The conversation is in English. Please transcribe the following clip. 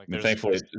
Thankfully